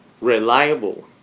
reliable